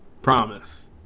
promise